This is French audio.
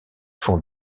font